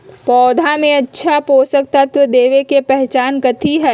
पौधा में अच्छा पोषक तत्व देवे के पहचान कथी हई?